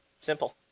simple